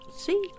See